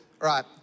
right